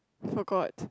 forgot